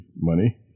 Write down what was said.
money